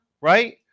Right